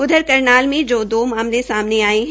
उधर करनाल मे दो मामले सामने आये है